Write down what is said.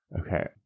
Okay